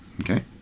okay